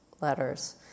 letters